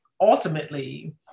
ultimately